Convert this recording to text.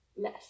mess